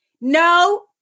No